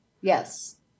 Yes